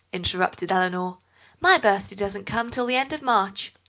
interrupted eleanor my birthday doesn't come till the end of march.